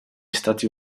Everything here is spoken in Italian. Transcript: stati